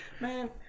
Man